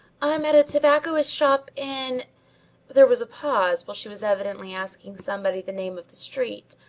i am at a tobacconist's shop in there was a pause while she was evidently asking somebody the name of the street,